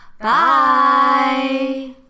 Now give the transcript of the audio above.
Bye